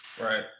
Right